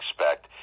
expect